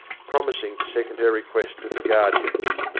promising to second her request with the guardians.